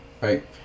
Right